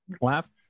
laugh